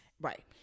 Right